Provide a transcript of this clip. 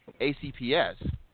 ACPS